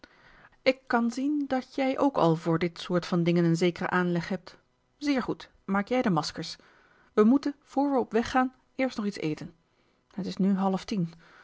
ik kan zien dat jij ook al voor dit soort van dingen een zekeren aanleg hebt zeer goed maak jij de maskers wij moeten voor wij op weg gaan eerst nog iets eten het is nu halftien